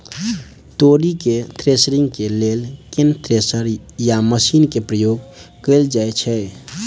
तोरी केँ थ्रेसरिंग केँ लेल केँ थ्रेसर या मशीन केँ प्रयोग कैल जाएँ छैय?